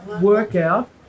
workout